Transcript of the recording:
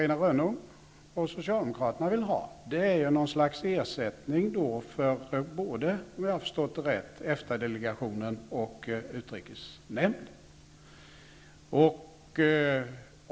Socialdemokraterna vill ha är, om jag har förstått det rätt, något slags ersättning för både EFTA delegationen och utrikesnämnden.